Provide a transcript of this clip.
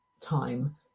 time